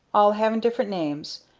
all havin' different names,